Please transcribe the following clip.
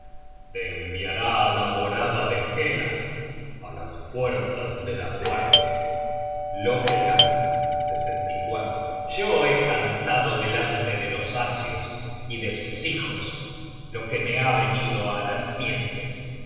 enviará á la morada de hela á las puertas de la muerte loke canta yo he cantado delante de los asios y de sus hijos lo que me ha venido á las mientes